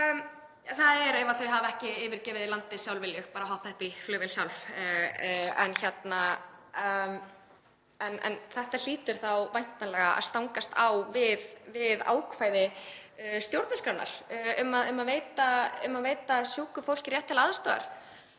götunni ef þau hafa ekki yfirgefið landið sjálfviljug, bara hoppað upp í flugvél sjálf. En þetta hlýtur þá væntanlega að stangast á við ákvæði stjórnarskrárinnar um að veita sjúku fólki rétt til aðstoðar,